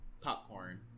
popcorn